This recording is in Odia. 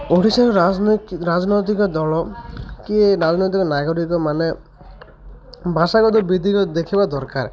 ଓଡ଼ିଶାର ରାଜନୀତି ରାଜନୈତିକ ଦଳ କି ଏ ରାଜନୈତିକ ନାଗରିକମାନେ ଭାଷାଗତ ବିଦ୍ଧି ଦେଖିବା ଦରକାର